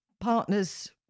partners